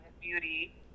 beauty